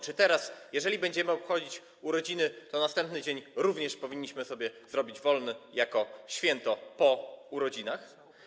Czy teraz jeżeli będziemy obchodzić urodziny, to następny dzień również powinniśmy sobie zrobić wolny jako święto po urodzinach?